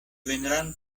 vendrán